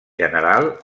general